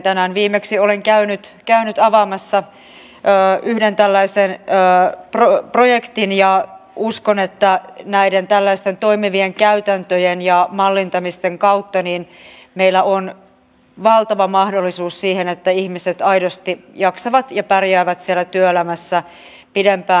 tänään viimeksi olen käynyt avaamassa yhden tällaisen projektin ja uskon että näiden tällaisten toimivien käytäntöjen ja mallintamisten kautta meillä on valtava mahdollisuus siihen että ihmiset aidosti jaksavat ja pärjäävät siellä työelämässä pidempään